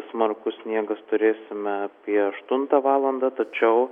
smarkus sniegas turėsime apie aštuntą valandą tačiau